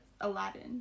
Aladdin